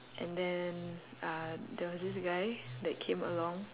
and then uh there was this guy that came along